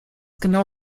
genau